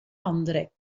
andere